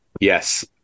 yes